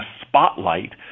spotlight